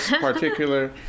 particular